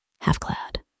half-clad